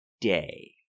day